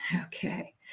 Okay